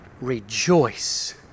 rejoice